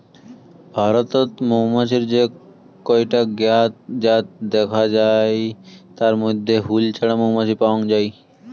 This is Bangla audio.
ভারতত মৌমাছির যে কয়টা জ্ঞাত জাত দ্যাখ্যাং যাই তার মইধ্যে হুল ছাড়া মৌমাছি পাওয়াং যাই